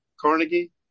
Carnegie